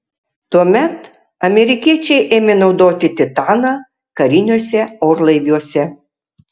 tuomet amerikiečiai ėmė naudoti titaną kariniuose orlaiviuose